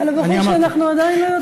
ולא רק על הבחור שאנחנו עדיין לא יודעים,